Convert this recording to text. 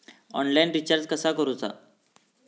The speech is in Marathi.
ऑनलाइन रिचार्ज कसा करूचा?